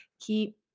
keep